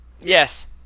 Yes